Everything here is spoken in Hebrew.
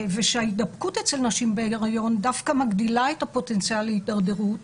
ושההידבקות אצל נשים בהריון דווקא מגדילה את הפוטנציאלי להתדרדרות.